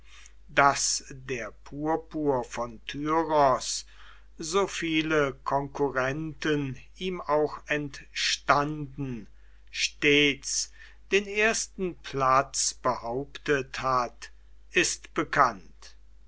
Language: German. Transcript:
daß der purpur von tyros so viele konkurrenten ihm auch entstanden stets den ersten platz behauptet hat ist bekannt